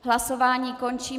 Hlasování končím.